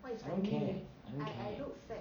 I don't care I don't care